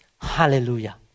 Hallelujah